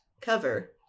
cover